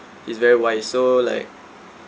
he's very wise so like